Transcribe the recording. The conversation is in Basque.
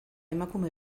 emakume